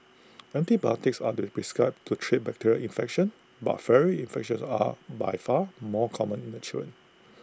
antibiotics are prescribed to treat bacterial infections but viral infections are by far more common in the